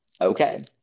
Okay